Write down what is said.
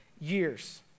years